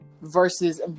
versus